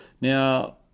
Now